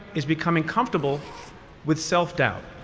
is becoming comfortable with self-doubt.